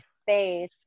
space